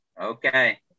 Okay